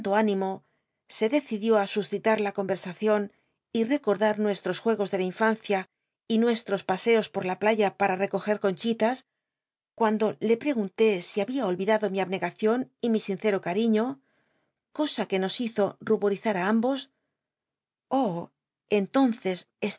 se decidió os juewei'sacion y recordar nuestros juegos de la infancia y nuestros paseos po la playa conchitas cuando le preguntó si había olvidado mi abnegacion y mi sincero cariiío cosa que nos hizo mborizar i ambos oh entonces